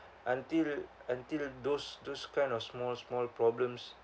until until those those kind of small small problems